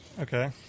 Okay